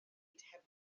hebddynt